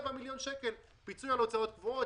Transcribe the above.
רבע מיליון שקל פיצוי על הוצאות קבועות,